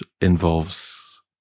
involves